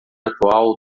atual